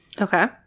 okay